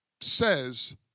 says